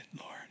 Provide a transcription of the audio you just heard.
Lord